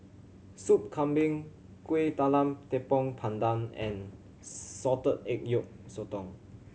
Soup Kambing Kueh Talam Tepong Pandan and salted egg yolk sotong